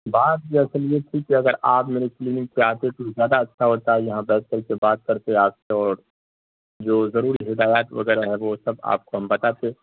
بات در اصل یہ تھی کہ اگر آپ میری کلینک پہ آتے تو زیادہ اچھا ہوتا یہاں بیٹھ کر کے بات کرتے آپ سے اور جو ضروری ہدایات وغیرہ ہے وہ سب آپ کو ہم بتاتے